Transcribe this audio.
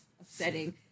upsetting